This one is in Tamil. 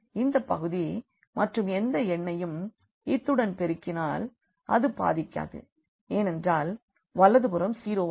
இந்த பகுதி மற்றும் எந்த எண்ணையும் இத்துடன் பெருக்கினால் அது பாதிக்காது ஏனென்றால் வலது புறம் 0 ஆகும்